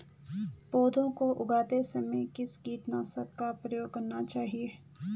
पौध को उगाते समय किस कीटनाशक का प्रयोग करना चाहिये?